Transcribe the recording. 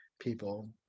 people